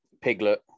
piglet